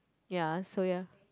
ya so ya